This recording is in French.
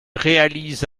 réalise